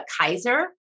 Kaiser